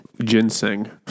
Ginseng